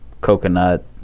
coconut